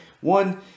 One